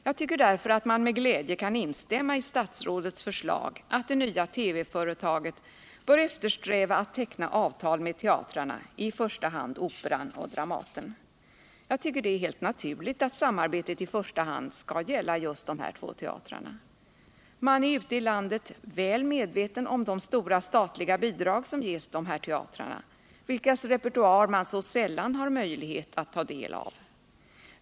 Jag tycker därför att man med glädje kan instämma i statsrådets förslag att det nya TV-företaget bör eftersträva att teckna avtal med teatrarna, i första hand Operan och Dramaten. Jag tycker det är helt naturligt att samarbetet i första hand skall gälla just dessa två teatrar. Man är ute i landet väl medveten om de stora statliga bidrag som ges dessa teatrar, vilkas repertoar man så sällan har möjlighet att ta del av.